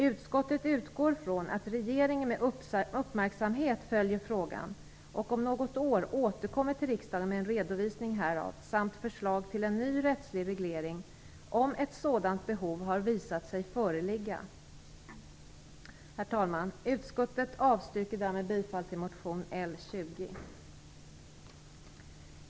Utskottet utgår från att regeringen med uppmärksamhet följer frågan och om något år återkommer till riksdagen med en redovisning härav samt förslag till en ny rättslig reglering om ett sådant behov har visat sig föreligga. Herr talman! Utskottet avstryker därmed bifall till motion L20.